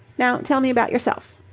now tell me about yourself.